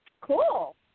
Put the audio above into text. Cool